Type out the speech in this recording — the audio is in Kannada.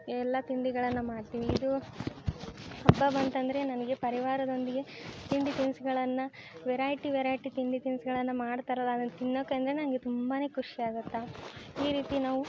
ಎಲ್ಲ ತಿಂಡಿಗಳನ್ನು ಮಾಡ್ತೀವಿ ಇದು ಹಬ್ಬ ಬಂತು ಅಂದರೆ ನನಗೆ ಪರಿವಾರದೊಂದಿಗೆ ತಿಂಡಿ ತಿನಿಸುಗಳನ್ನ ವೆರೈಟಿ ವೆರೈಟಿ ತಿಂಡಿ ತಿನ್ಸುಗಳನ್ನ ಮಾಡ್ತಾರಲ್ಲ ಅದನ್ನ ತಿನ್ನೋಕೆಂದ್ರೆ ನನಗೆ ತುಂಬನೇ ಖುಷಿ ಆಗುತ್ತೆ ಈ ರೀತಿ ನಾವು